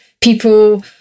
people